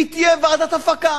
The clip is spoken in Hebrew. היא תהיה ועדת הפקה.